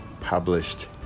published